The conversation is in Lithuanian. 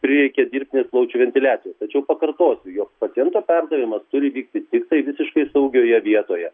reikia dirbtinės plaučių ventiliacijos tačiau pakartosiu jog paciento perdavimas turi vykti tiktai visiškai saugioje vietoje